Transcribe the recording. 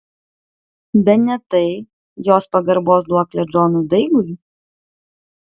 bene tai jos pagarbos duoklė džonui daigui